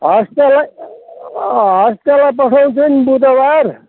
हस्तेलाई अँ हस्तेलाई पठाउँछु नि बुधबार